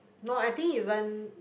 no I think it went